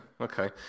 okay